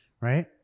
right